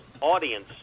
audience